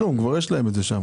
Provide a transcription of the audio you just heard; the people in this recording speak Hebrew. כלום, כבר יש להם את זה שם.